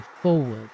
forward